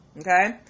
okay